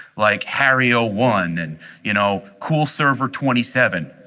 like helio one and you know cool server twenty seven.